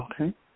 Okay